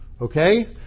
Okay